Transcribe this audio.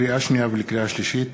לקריאה שנייה ולקריאה שלישית: